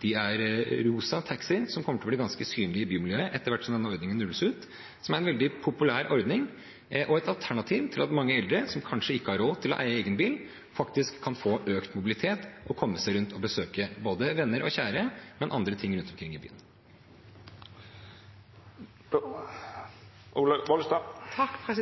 Det er rosa taxier som kommer til å bli ganske synlige i bymiljøet etter hvert som denne ordningen rulles ut. Det er en veldig populær ordning og et alternativ som gjør at mange eldre, som kanskje ikke har råd til å eie egen bil, faktisk kan få økt mobilitet og komme seg rundt og besøke venner og kjære, men også andre ting rundt omkring i